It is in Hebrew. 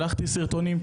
שלחתי סרטונים,